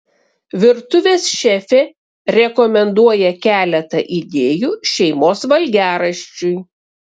virtuvės šefė rekomenduoja keletą idėjų šeimos valgiaraščiui